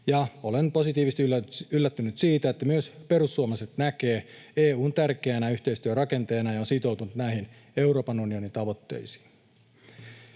olen positiivisesti yllättynyt siitä, että myös perussuomalaiset näkevät EU:n tärkeänä yhteistyörakenteena ja ovat sitoutuneet näihin Euroopan unionin tavoitteisiin.